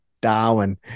Darwin